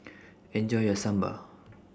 Enjoy your Sambar